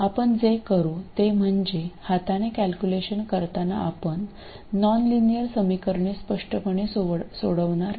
आपण जे करू ते म्हणजे हाताने कॅल्क्युलेशन करताना आपण नॉनलिनियर समीकरणे स्पष्टपणे सोडवणार नाही